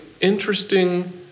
interesting